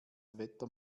wetter